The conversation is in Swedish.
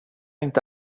inte